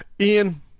Ian